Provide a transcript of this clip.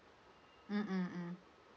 mm mm mm mm